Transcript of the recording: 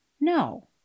No